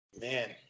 Man